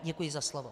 Děkuji za slovo.